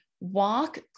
walk